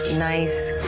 nice